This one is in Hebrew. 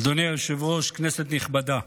אדוני היושב-ראש, כנסת נכבדה,